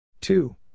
Two